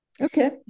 Okay